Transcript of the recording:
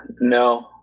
No